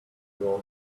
was